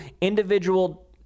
individual